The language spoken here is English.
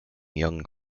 young